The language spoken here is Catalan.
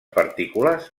partícules